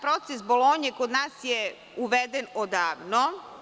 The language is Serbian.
Proces Bolonje kod nas je uveden odavno.